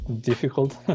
difficult